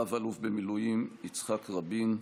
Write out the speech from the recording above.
רב-אלוף במילואים יצחק רבין,